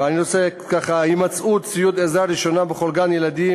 ואני רוצה ככה: הימצאות ציוד עזרה ראשונה בכל גן-ילדים